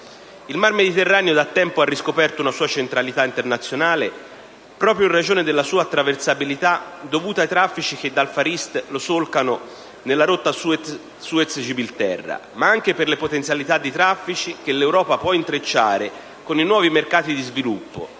Il mar Mediterraneo da tempo ha riscoperto una sua centralità internazionale proprio in ragione della sua attraversabilità dovuta ai traffici che dal *far east* lo solcano nella rotta Suez-Gibilterra, ma anche per le potenzialità di traffici che l'Europa può intrecciare con i nuovi mercati di sviluppo,